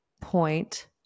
point